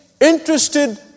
interested